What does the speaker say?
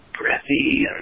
breathy